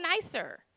nicer